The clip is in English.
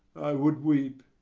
i would weep!